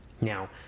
Now